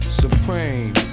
supreme